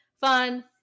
fun